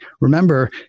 Remember